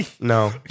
no